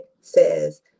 says